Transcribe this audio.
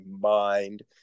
mind